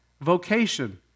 vocation